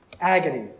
agony